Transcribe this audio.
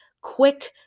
quick